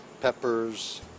peppers